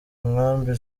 nkambi